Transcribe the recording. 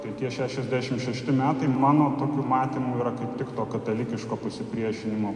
tai tie šešiasdešim šešti metai mano tokiu matymu yra kaip tik to katalikiško pasipriešinimo